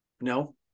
No